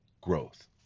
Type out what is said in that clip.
growth